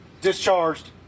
discharged